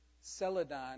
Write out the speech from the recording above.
Celadon